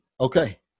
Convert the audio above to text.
okay